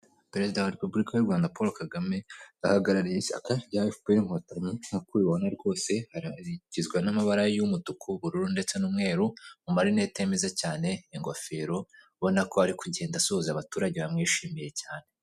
Perezida wa repubulika y'Urwanda Paul Kagame, ahahagarariye ishyaka rya Efu Pe Ri inkotanyi. Nk'uko ubibona rwose rigizwe n'amabara y'umutuku, ubururu ndetse n'umweru, mu marinete ye meza cyane, ingofero ubona ko ari kugenda asuhuza abaturage bamwishimiye cyane.